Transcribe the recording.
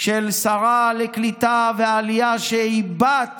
של שרה לקליטה ועלייה שהיא בת